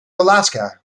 alaska